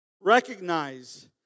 recognize